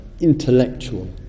intellectual